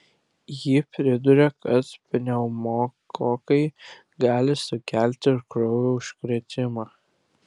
ji priduria kad pneumokokai gali sukelti ir kraujo užkrėtimą